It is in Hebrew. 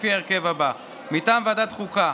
לפי ההרכב הזה: מטעם ועדת החוקה,